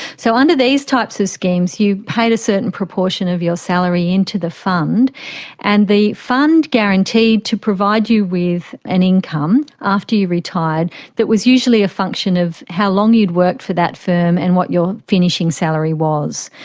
so under these types of schemes you paid a certain proportion of your salary into the fund and the fund guaranteed to provide you with an income after you retired that was usually a function of how long you'd worked for that firm and what your finishing salary was.